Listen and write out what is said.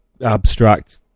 abstract